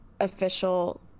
official